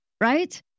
right